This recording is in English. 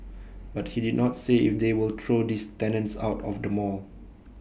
but he did not say if they will throw these tenants out of the mall